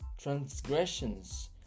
transgressions